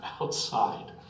outside